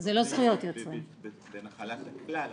הכתבים בנחלת הכלל,